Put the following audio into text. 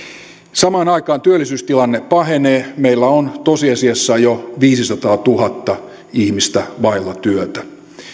samaan aikaan työllisyystilanne pahenee meillä on tosiasiassa jo viisisataatuhatta ihmistä vailla työtä